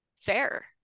fair